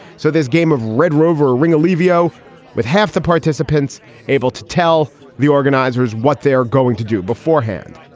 so this game of red rover really viau with half the participants able to tell the organizers what they are going to do beforehand.